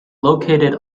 located